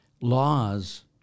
Laws